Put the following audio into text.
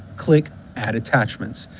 click add attachments.